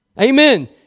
Amen